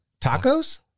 tacos